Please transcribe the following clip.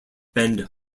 bend